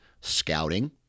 scouting